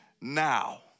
now